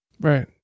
Right